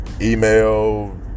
email